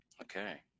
Okay